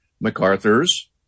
MacArthur's